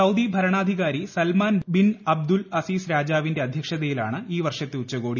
Saudi ഭരണാധികാരി Salman bin Abdul Aziz രാജാവിന്റെ അധ്യക്ഷതയിലാണ് ഈ വർഷത്തെ ഉച്ചകോടി